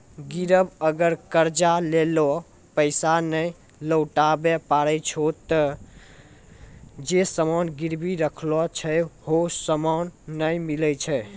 गिरब अगर कर्जा लेलो पैसा नै लौटाबै पारै छै ते जे सामान गिरबी राखलो छै हौ सामन नै मिलै छै